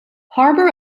harbor